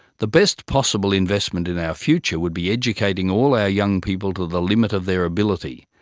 the best possible investment in our future would be educating all our young people to the limit of their ability,